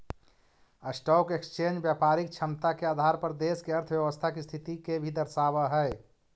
stock exchange व्यापारिक क्षमता के आधार पर देश के अर्थव्यवस्था के स्थिति के भी दर्शावऽ हई